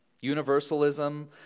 Universalism